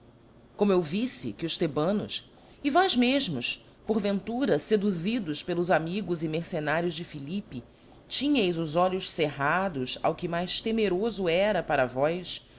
como eu vilte que os thebanos e vós mefmos porventura feduzidos pelos amigos e mercenários de philippe tínheis os olhos cerrados ao que mais temerolb era para vós